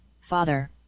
father